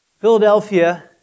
Philadelphia